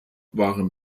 waren